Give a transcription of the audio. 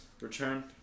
return